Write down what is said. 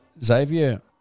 Xavier